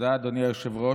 תודה, אדוני היושב-ראש.